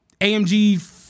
AMG